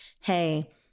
Hey